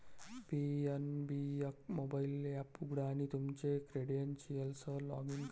PNB एक mobile app उघडा आणि तुमच्या क्रेडेन्शियल्ससह लॉग इन करा